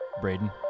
Braden